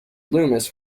loomis